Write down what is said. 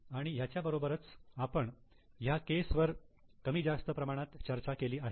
आणि ह्याच्या बरोबरच आपण ह्या केस वर कमी जास्त प्रमाणात चर्चा केली आहे